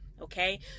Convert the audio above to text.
Okay